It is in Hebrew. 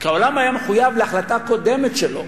כי העולם היה מחויב להחלטה קודמת שלו,